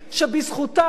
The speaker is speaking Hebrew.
שבזכותם,